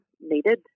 needed